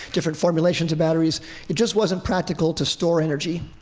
different formulations of batteries it just wasn't practical to store energy.